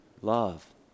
love